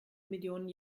millionen